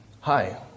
Hi